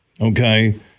Okay